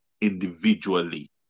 individually